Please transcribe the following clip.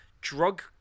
drug